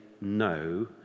no